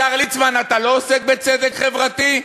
השר ליצמן, אתה לא עוסק בצדק חברתי?